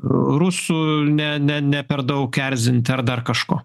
rusų ne ne ne per daug erzinti ar dar kažko